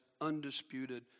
undisputed